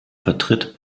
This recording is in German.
vertritt